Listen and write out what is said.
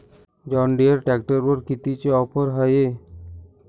John Deere ट्रॅक्टरवर कितीची offer हाये?